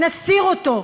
נסיר אותו,